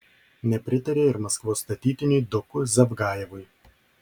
nepritarė ir maskvos statytiniui doku zavgajevui